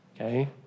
Okay